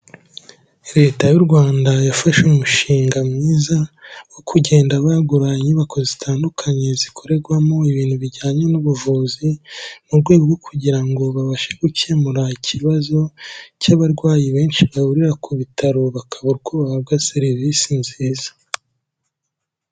Leta y'u Rwanda yafashe umushinga mwiza, wo kugenda bagura inyubako zitandukanye zikorerwamo ibintu bijyanye n'ubuvuzi, mu rwego rwo kugira ngo babashe gukemura ikibazo cy'abarwayi benshi bahurira ku bitaro bakabura uko bahabwa serivisi nziza.